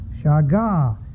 Shagah